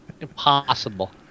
Impossible